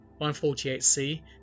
148c